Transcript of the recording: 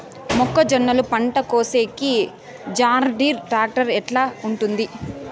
మొక్కజొన్నలు పంట కోసేకి జాన్డీర్ టాక్టర్ ఎట్లా ఉంటుంది?